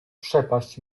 przepaść